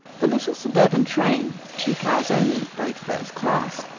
the little suburban train two cars only, both first class,